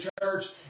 church